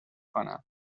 کنم